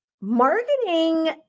marketing